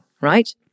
Right